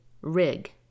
rig